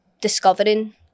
discovering